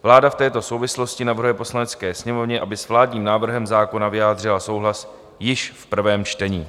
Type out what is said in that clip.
Vláda v této souvislosti navrhuje Poslanecké sněmovně, aby s vládním návrhem zákona vyjádřila souhlas již v prvém čtení.